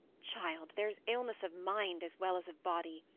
child! there's illness of mind as well as of body.